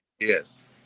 Yes